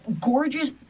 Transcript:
gorgeous